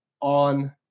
on